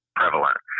prevalent